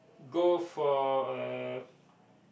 go for a